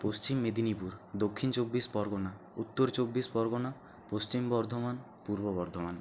পশ্চিম মেদিনীপুর দক্ষিণ চব্বিশ পরগনা উত্তর চব্বিশ পরগনা পশ্চিম বর্ধমান পূর্ব বর্ধমান